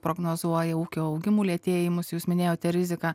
prognozuoja ūkio augimų lėtėjimus jūs minėjote riziką